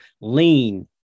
lean